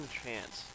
chance